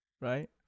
right